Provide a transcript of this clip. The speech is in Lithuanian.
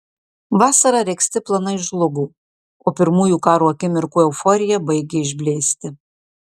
vasarą regzti planai žlugo o pirmųjų karo akimirkų euforija baigė išblėsti